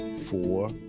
four